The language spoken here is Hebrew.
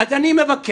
אז אני מבקש